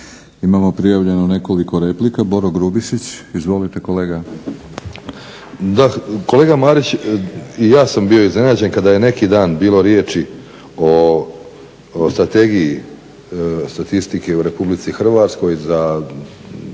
Imamo prijavljeno nekoliko replika. Boro Grubišić, izvolite kolega. **Grubišić, Boro (HDSSB)** Da, kolega Marić i ja sam bio iznenađen kada je neki dan bilo riječi o Strategiji statistike u RH za